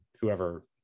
whoever